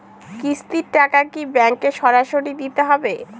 কিস্তির টাকা কি ব্যাঙ্কে সরাসরি দিতে হবে?